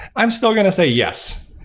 i'm still going to say yes.